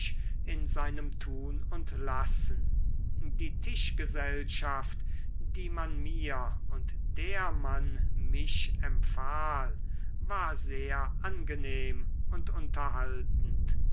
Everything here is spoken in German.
in seinem tun und lassen die tischgesellschaft die man mir und der man mich empfahl war sehr angenehm und unterhaltend